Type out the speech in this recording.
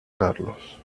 carlos